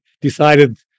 decided